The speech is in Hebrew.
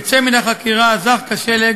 יצא מן החקירה זך כשלג,